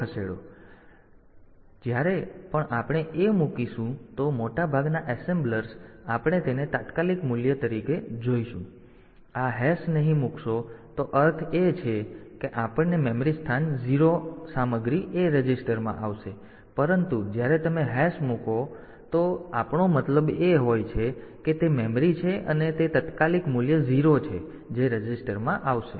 તેથી જ્યારે પણ આપણે A મૂકીશું તો મોટાભાગના એસેમ્બલર્સ આપણે તેને તાત્કાલિક મૂલ્ય તરીકે લઈશું જો તમે આ હેશ નહીં મૂકશો તો અર્થ એ છે કે આપણને મેમરી સ્થાન મળશે 0 સામગ્રી A રજિસ્ટરમાં આવશે પરંતુ જ્યારે તમે આ હેશ મૂકો તો આપણો મતલબ એ હોય છે કે તે મેમરી છે અને તે તાત્કાલિક મૂલ્ય 0 છે જે રજીસ્ટરમાં આવશે